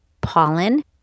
Pollen